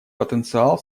потенциал